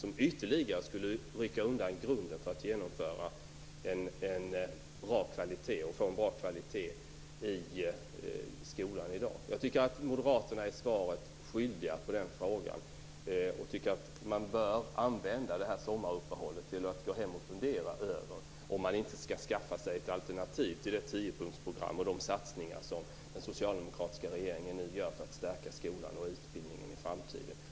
Det skulle ju ytterligare rycka undan grunden för möjligheterna att få en bra kvalitet i skolan i dag. Jag tycker att moderaterna är svaret skyldiga på den fråga som jag här har ställt. Man bör använda sommaruppehållet till att hemma fundera över om man inte skall skaffa sig ett alternativ till det tiopunktsprogram och de satsningar som den socialdemokratiska regeringen nu kommer med för att stärka skolan och utbildningen i framtiden.